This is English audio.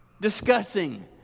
discussing